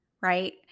right